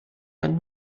man